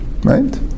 right